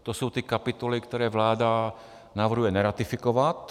To jsou ty kapitoly, které vláda navrhuje neratifikovat.